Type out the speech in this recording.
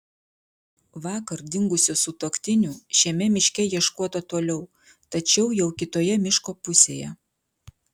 vakar dingusių sutuoktinių šiame miške ieškota toliau tačiau jau kitoje miško pusėje